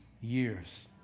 years